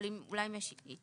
אבל אולי אם יש התייחסות?